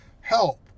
help